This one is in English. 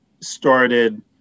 started